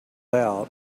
out